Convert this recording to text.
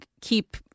keep